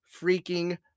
freaking